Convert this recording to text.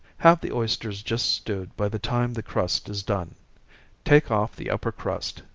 have the oysters just stewed by the time the crust is done take off the upper crust,